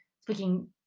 speaking